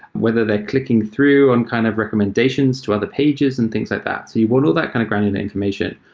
whether they're clicking through on kind of recommendations to other pages and things like that. so you want all that kind of granular information.